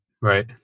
Right